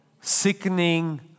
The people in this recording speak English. sickening